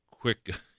quick